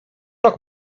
rok